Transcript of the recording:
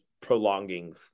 prolonging